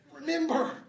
remember